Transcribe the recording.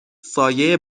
سایه